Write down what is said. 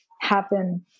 happen